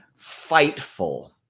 FIGHTFUL